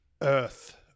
Earth